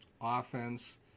offense